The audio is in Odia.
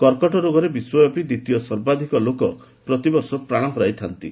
କର୍କଟ ରୋଗରେ ବିଶ୍ୱବ୍ୟାପୀ ଦ୍ୱିତୀୟ ସର୍ବାଧିକ ଲୋକ ପ୍ରତିବର୍ଷ ପ୍ରାଣ ହରାଇଥାନ୍ତି